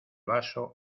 vaso